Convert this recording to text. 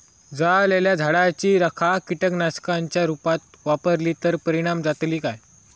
जळालेल्या झाडाची रखा कीटकनाशकांच्या रुपात वापरली तर परिणाम जातली काय?